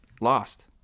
lost